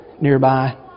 nearby